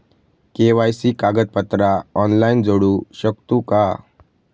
KYC कागदपत्रा online जोडू शकतू का?